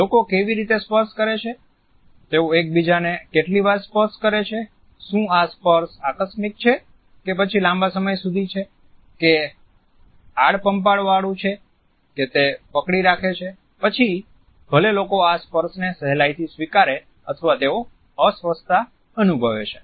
લોકો કેવી રીતે સ્પર્શ કરે છે તેઓ એકબીજાને કેટલી વાર સ્પર્શ કરે છે શું આ સ્પર્શ આકસ્મિક છે કે પછી લાંબા સમય સુધી છે કે આળપંપાળ વાળું છે કે તે પકડી રાખે છે પછી ભલે લોકો આ સ્પર્શોને સેહલાઈથી સ્વીકારે અથવા તેઓ અસ્વસ્થતા અનુભવે છે